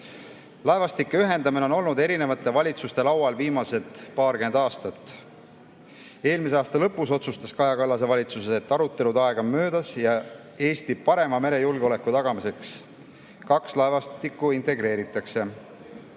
Laevastike ühendamine on olnud eri valitsuste laual viimased paarkümmend aastat. Eelmise aasta lõpus otsustas Kaja Kallase valitsus, et arutelude aeg möödas ja Eesti parema merejulgeoleku tagamiseks kaks laevastikku integreeritakse.